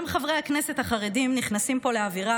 גם חברי הכנסת החרדים נכנסים פה לעבירה